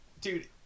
dude